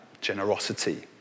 generosity